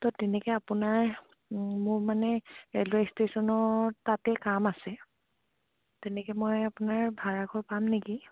তো তেনেকে আপোনাৰ মোৰ মানে ৰেলৱে ষ্টেচনৰ তাতে কাম আছে তেনেকে মই আপোনাৰ ভাড়া ঘৰ পাম নেকি